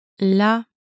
La